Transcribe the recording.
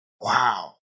wow